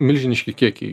milžiniški kiekiai